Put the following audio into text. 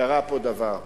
קרה פה דבר.